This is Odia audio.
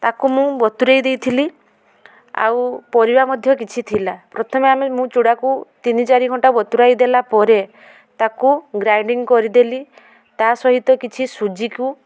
ତାକୁ ମୁଁ ବତୁରେଇ ଦେଇ ଥିଲି ଆଉ ପରିବା ମଧ୍ୟ କିଛି ଥିଲା ପ୍ରଥମେ ଆମେ ମୁଁ ଚୂଡ଼ାକୁ ତିନି ଚାରି ଘଣ୍ଟା ବତୁରେଇ ଦେଲା ପରେ ତାକୁ ଗ୍ରାଇଣ୍ଡିଙ୍ଗ୍ କରି ଦେଲି ତା' ସହିତ କିଛି ସୁଜିକୁ